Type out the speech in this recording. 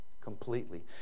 completely